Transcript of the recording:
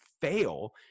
fail